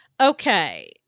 Okay